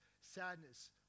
sadness